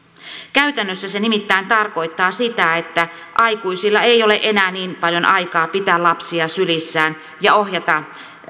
käytännössä se nimittäin tarkoittaa sitä että aikuisilla ei ole enää niin paljon aikaa pitää lapsia sylissään ja ohjata